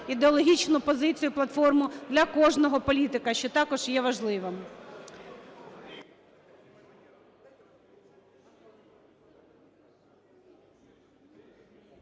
ідеологічну позицію, платформу для кожного політика, що також є важливим.